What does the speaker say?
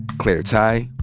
claire tighe,